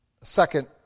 second